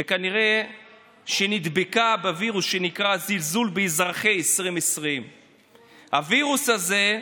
וכנראה שנדבקה בווירוס שנקרא זלזול באזרחים 2020. הווירוס הזה,